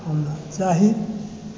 हमरा चाही